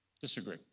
disagree